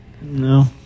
No